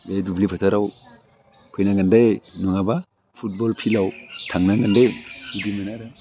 बे दुब्लि फोथाराव फैनांगोन दै नङाबा फुटबल फिल्डाव थांनांगोन दै बिदिमोन आरो